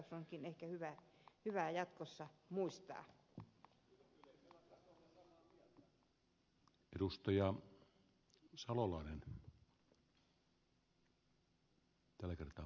gustafssoninkin ehkä hyvä jatkossa muistaa